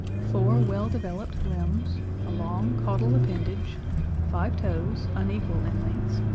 four well-developed limbs a long caudal appendage five toes, unequal in lengths,